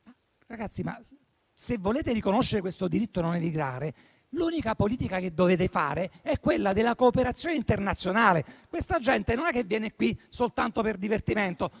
Ragazzi, ma se volete riconoscere questo diritto a non emigrare, l'unica politica che dovete fare è quella della cooperazione internazionale. Questa gente non viene qui soltanto per divertimento.